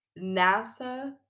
NASA